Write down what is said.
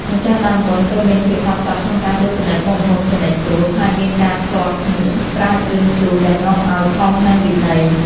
ម្ចាស់ដើមបុណ្យត្រូវមានភាពហ្មត់ចត់ក្នុងការត្រួតពិនិត្យមុខម្ហូបជានិច្ច ព្រោះ ខ្លាចមានការភ្លាត់ស្នៀតប្រើគ្រឿងជូរដែលនាំឱ្យខុសនឹងវិន័យ។